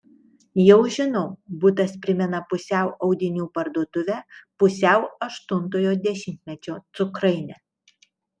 jau žinau butas primena pusiau audinių parduotuvę pusiau aštuntojo dešimtmečio cukrainę